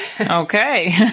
Okay